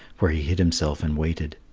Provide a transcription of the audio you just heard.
where he hid himself and waited.